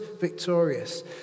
victorious